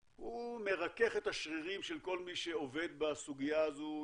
מרכך את השרירים של כל מי שעובד בסוגיה הזו,